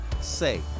Say